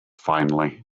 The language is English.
finally